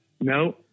no